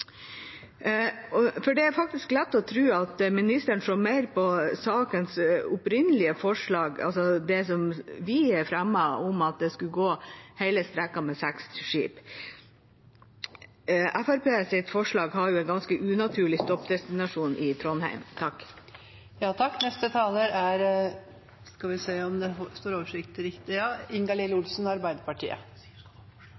for det er faktisk lett å tro at ministeren så mer på sakens opprinnelige forslag, det som vi fremmet om at hele strekket skulle gås med seks skip. Fremskrittspartiets forslag har jo en ganske unaturlig stoppdestinasjon i Trondheim. Vil representanten ta opp forslag? Ja. Da har representanten Siv Mossleth tatt opp Senterpartiets forslag. Arbeiderpartiet har vært svært opptatt av at kystruten skal